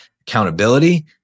accountability